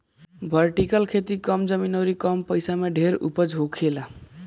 vertical खेती कम जमीन अउरी कम पइसा में ढेर उपज होखेला